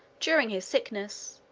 during his sickness,